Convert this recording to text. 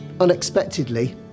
Unexpectedly